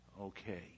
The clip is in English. Okay